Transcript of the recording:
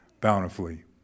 bountifully